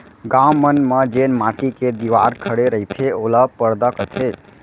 गॉंव मन म जेन माटी के दिवार खड़े रईथे ओला परदा कथें